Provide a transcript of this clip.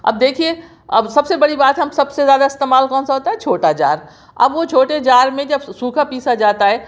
اب دیکھیے اب سب سے بڑی بات ہے ہم سب سے زیادہ استعمال کون سا ہوتا ہے چھوٹا جار اب وہ چھوٹے جار میں جب سوکھا پیسا جاتا ہے